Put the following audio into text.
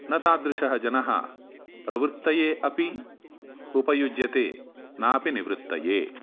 न तादृशः जनः प्रवृत्तये अपि उपयुज्यते नापि निवृत्तये